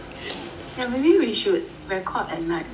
yeah maybe we should record at night